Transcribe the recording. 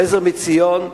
"עזר מציון",